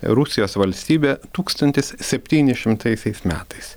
rusijos valstybė tūkstantis septyni šimtaisiais metais